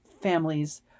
families